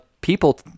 people